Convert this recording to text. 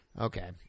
Okay